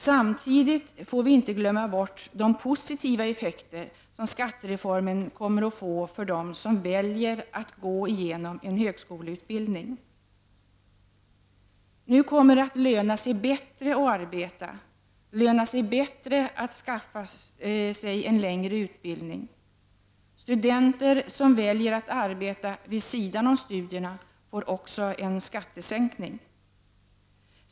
Samtidigt får vi inte glömma bort de positiva effekter som skattereformen kommer att få för dem som väljer att gå igenom en högskoleutbildning. Nu kommer det löna sig bättre att arbeta, löna sig bättre att skaffa sig en längre utbildning. Studenter som väljer att arbeta vid sidan om studierna får också en skattesänkning.